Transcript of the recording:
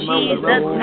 Jesus